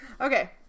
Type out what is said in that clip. Okay